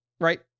right